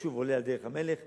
שהיישוב עולה על דרך המלך,